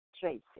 Tracy